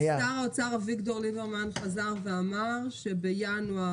ושר האוצר אביגדור ליברמן חזר ואמר שבינואר